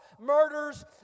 murders